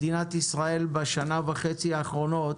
מדינת ישראל בשנה וחצי האחרונות